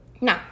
No